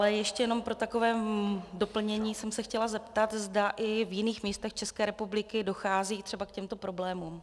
Ale ještě jenom pro takové doplnění jsem se chtěla zeptat, zda i v jiných místech České republiky dochází třeba k těmto problémům.